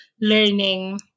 learning